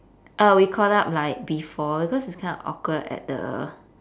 uh we caught up like before cause it's kind of awkward at the